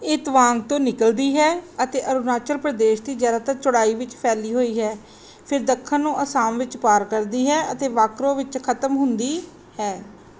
ਇਹ ਤਵਾਂਗ ਤੋਂ ਨਿਕਲਦੀ ਹੈ ਅਤੇ ਅਰੁਣਾਚਲ ਪ੍ਰਦੇਸ਼ ਦੀ ਜ਼ਿਆਦਾਤਰ ਚੌੜਾਈ ਵਿੱਚ ਫੈਲੀ ਹੋਈ ਹੈ ਫਿਰ ਦੱਖਣ ਨੂੰ ਅਸਾਮ ਵਿੱਚ ਪਾਰ ਕਰਦੀ ਹੈ ਅਤੇ ਵਾਕਰੋ ਵਿੱਚ ਖਤਮ ਹੁੰਦੀ ਹੈ